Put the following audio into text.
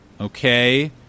okay